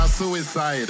Suicide